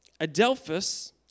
adelphus